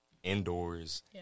indoors